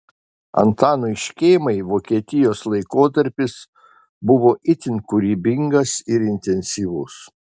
antanui škėmai vokietijos laikotarpis buvo itin kūrybingas ir intensyvus